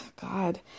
God